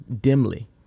dimly